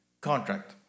contract